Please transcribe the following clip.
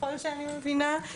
ככל שאני מבינה,